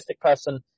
person